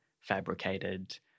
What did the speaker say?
fabricated